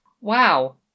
Wow